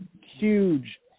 huge